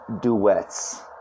duets